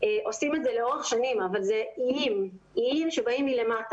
עושים את זה לאורך שנים אבל זה איים באים מלמטה.